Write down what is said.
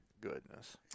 goodness